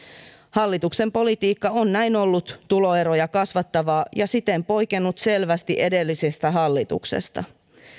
hallituksen politiikka on näin ollut tuloeroja kasvattavaa ja siten poikennut selvästi edellisestä hallituksesta